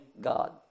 God